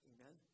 Amen